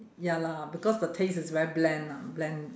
ya lah because the taste is very bland ah bland